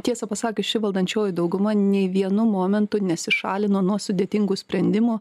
tiesą pasakius ši valdančioji dauguma nei vienu momentu nesišalino nuo sudėtingų sprendimų